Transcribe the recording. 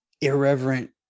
irreverent